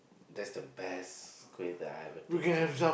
that's the best kuih that I have ever tasted